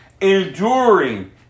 Enduring